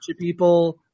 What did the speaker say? people